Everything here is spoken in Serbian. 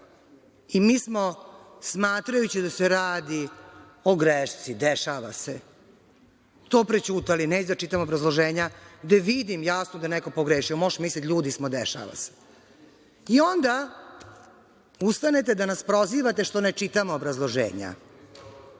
dva. Mi smo, smatrajući da se radi o grešci, dešava se, to prećutali. Neću da čitam obrazloženja gde vidim jasno da je neko pogrešio. Možeš misliti, ljudi smo, dešava se. I onda ustanete da nas prozivate što ne čitamo obrazloženja.